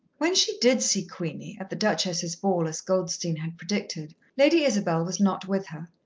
when she did see queenie, at the duchess's ball as goldstein had predicted, lady isabel was not with her.